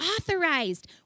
authorized